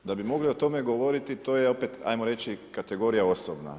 Da bi mogli o tome govoriti, to je opet ajmo reći, kategorija osobna.